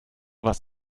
was